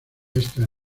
esta